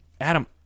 Adam